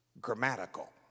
grammatical